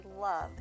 love